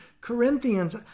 Corinthians